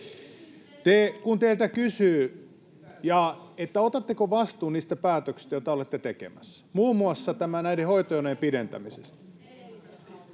Kun teiltä kysyy, otatteko vastuun niistä päätöksistä, joita olette tekemässä, muun muassa näiden hoitojonojen pidentämisestä,